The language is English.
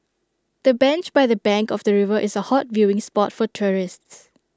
the bench by the bank of the river is A hot viewing spot for tourists